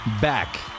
back